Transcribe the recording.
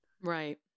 right